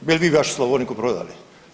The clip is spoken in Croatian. Bi li vi vašu Slavoniku prodali?